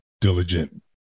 diligent